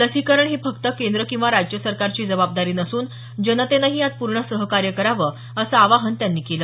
लसीकरण ही फक्त केंद्र किंवा राज्य सरकारची जबाबदारी नसून जनतेनंही यात पूर्ण सहकार्य करावं असं आवाहन त्यांनी केलं